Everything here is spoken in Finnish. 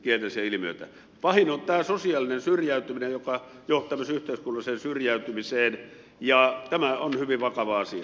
pahin on tämä sosiaalinen syrjäytyminen joka johtaa tämmöiseen yhteiskunnalliseen syrjäytymiseen ja tämä on hyvin vakava asia